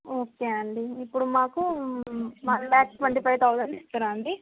okay అండి ఇప్పుడు మాకు one lakh twenty five thousand ఇస్తారా అండి